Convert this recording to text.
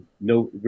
No